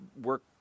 work